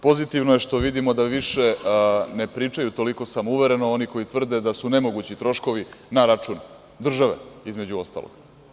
Pozitivno je što vidimo da više ne pričaju toliko samouvereno oni koji tvrde da su nemogući troškovi na račun države, između ostalog.